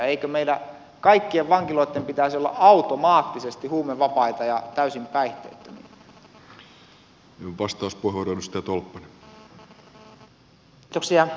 eikö meidän kaikkien vankiloitten pitäisi olla automaattisesti huumevapaita ja täysin päihteettömiä